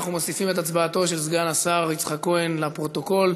אנחנו מוסיפים את הצבעתו של סגן שר יצחק כהן לפרוטוקול,